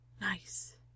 Nice